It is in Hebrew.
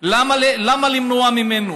למה למנוע ממנו?